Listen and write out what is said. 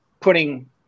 putting